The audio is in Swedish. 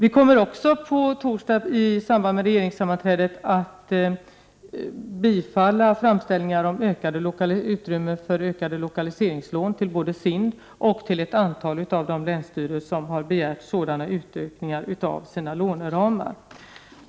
I samband med regeringssammanträdet på torsdag kommer vi också att bifalla framställningar om utrymme för ökade lokaliseringslån till SIND och ett antal av de länsstyrelser som har begärt sådana utökningar av sina låneramar.